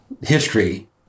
history